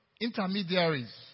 intermediaries